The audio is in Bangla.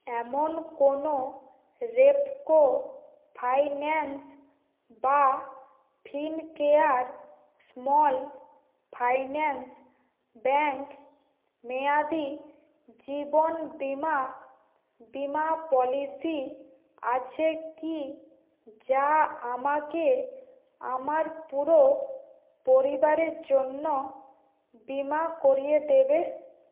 এমন কোনো রেপকো ফাইন্যান্স বা ফিনকেয়ার স্মল ফাইন্যান্স ব্যাঙ্ক মেয়াদি জীবন বীমা বীমা পলিসি আছে কি যা আমাকে আমার পুরো পরিবারের জন্য বীমা করিয়ে দেবে